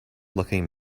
looking